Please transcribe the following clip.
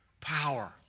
power